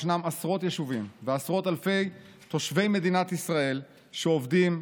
יש עשרות יישובים ועשרות אלפי תושבי מדינת ישראל שעובדים,